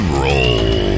roll